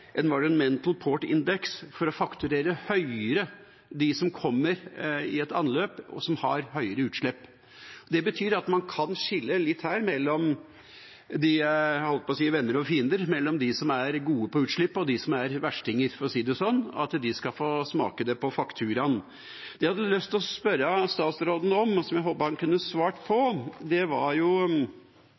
Port Index, for å fakturere høyere dem som anløper og som har høyere utslipp. Det betyr at man kan skille litt her mellom venner og fiender, holdt jeg på å si, mellom dem som er gode på utslipp, og dem som er verstinger, sånn at de skal få smake det på fakturaen. Det som jeg har lyst til å spørre statsråden om, og som jeg håper han kan svare på,